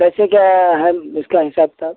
कैसे क्या है इसका हिसाब किताब